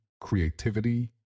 creativity